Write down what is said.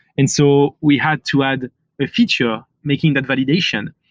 and so we had to add a feature making that validation.